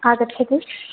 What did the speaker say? आगच्छतु